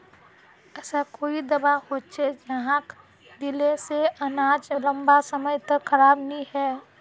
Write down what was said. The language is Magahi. ऐसा कोई दाबा होचे जहाक दिले से अनाज लंबा समय तक खराब नी है?